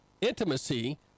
intimacy